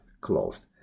closed